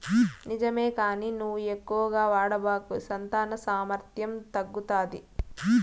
నిజమే కానీ నువ్వు ఎక్కువగా వాడబాకు సంతాన సామర్థ్యం తగ్గుతాది